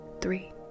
three